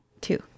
Two